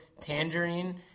Tangerine